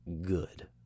good